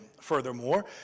furthermore